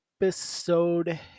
Episode